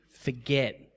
forget